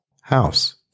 house